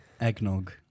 Eggnog